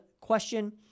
question